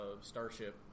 Starship